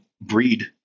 breed